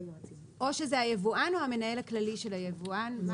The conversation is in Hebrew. או שזה היבואן או המנהל הכללי של היבואן.